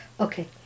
Okay